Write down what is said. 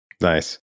Nice